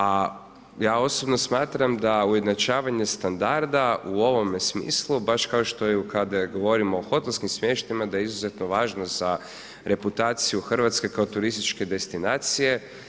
A ja osobno smatram da ujednačavanje standarda u ovome smislu baš kao što je u … govorimo o hotelskim smještajima da je izuzetno važno za reputaciju Hrvatske kao turističke destinacije.